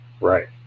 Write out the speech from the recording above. Right